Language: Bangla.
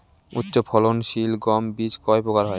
উচ্চ ফলন সিল গম বীজ কয় প্রকার হয়?